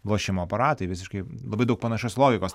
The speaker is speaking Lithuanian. lošimo aparatai visiškai labai daug panašios logikos